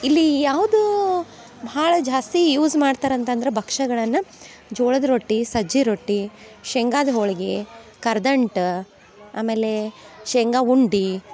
ಇಲ್ಲಿ ಯಾವುದೋ ಭಾಳ ಜಾಸ್ತಿ ಯೂಝ್ ಮಾಡ್ತಾರೆ ಅಂತಂದ್ರ ಬಕ್ಷ್ಯಗಳನ್ನ ಜೋಳದ ರೊಟ್ಟಿ ಸಜ್ಜಿ ರೊಟ್ಟಿ ಶೇಂಗಾದ ಹೋಳಿಗಿ ಕರ್ದಂಟು ಆಮೇಲೆ ಶೇಂಗ ಉಂಡೆ